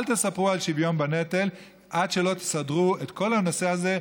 תספרו על שוויון בנטל עד שלא תסדרו את כל הנושא הזה,